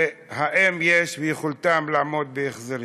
ואם ביכולתם לעמוד בהחזרים.